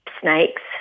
snakes